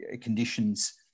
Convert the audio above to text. conditions